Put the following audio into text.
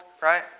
right